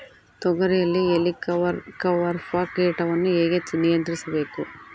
ತೋಗರಿಯಲ್ಲಿ ಹೇಲಿಕವರ್ಪ ಕೇಟವನ್ನು ಹೇಗೆ ನಿಯಂತ್ರಿಸಬೇಕು?